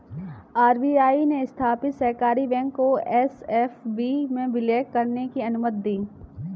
RBI ने स्थापित सहकारी बैंक को एस.एफ.बी में विलय करने की अनुमति दी